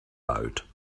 out